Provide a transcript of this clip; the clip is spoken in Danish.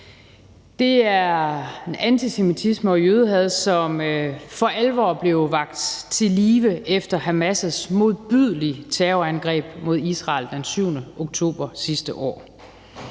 Det er en antisemitisme og et jødehad, som for alvor blev vakt til live efter Hamas' modbydelige terrorangreb mod Israel den 7. oktober sidste år.